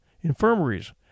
infirmaries